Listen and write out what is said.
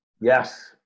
Yes